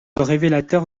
révélateur